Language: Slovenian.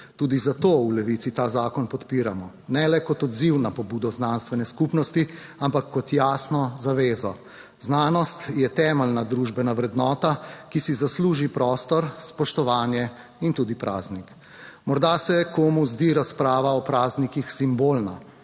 Tudi zato v Levici ta zakon podpiramo, ne le kot odziv na pobudo znanstvene skupnosti, ampak kot jasno zavezo. Znanost je temeljna družbena vrednota, ki si zasluži prostor, spoštovanje in tudi praznik. Morda se komu zdi razprava o praznikih simbolna,